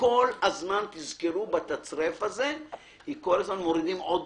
כל הזמן תזכרו בתצריף הזה, שכל פעם מורידים עוד